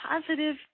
positive